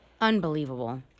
Unbelievable